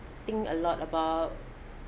think a lot about